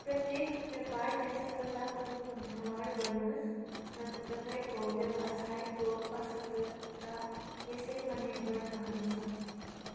प्रत्येक व्यापारलाई सफलताका रूपमा व्यवहार गर्नुहोस् नत्र तपाईँँको व्यवसायको असफलता यसैमा निर्भर रहनेछ